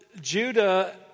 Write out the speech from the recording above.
Judah